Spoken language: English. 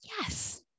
Yes